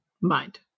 mind